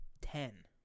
ten